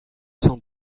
cent